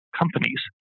companies